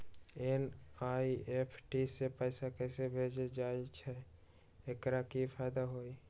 NEFT से पैसा कैसे भेजल जाइछइ? एकर की फायदा हई?